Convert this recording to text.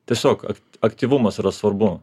tiesiog aktyvumas yra svarbu